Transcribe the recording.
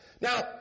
Now